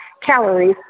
calories